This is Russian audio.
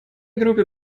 группе